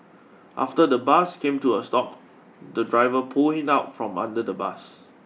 after the bus came to a stop the driver pulled him out from under the bus